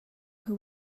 who